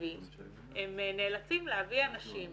תקציבי הם נאלצים להביא אנשים